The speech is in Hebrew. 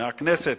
מהכנסת,